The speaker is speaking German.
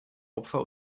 opfer